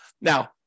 Now